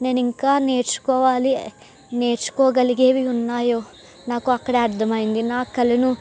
నేను ఇంకా నేర్చుకోవాలి నేర్చుకోగలిగేవి ఉన్నాయో నాకు అక్కడే అర్ధమయ్యింది నా కళను